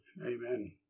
Amen